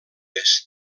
est